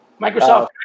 Microsoft